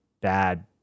bad